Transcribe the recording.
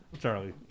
Charlie